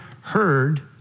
heard